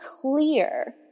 clear